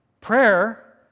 prayer